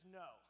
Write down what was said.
no